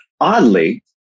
oddly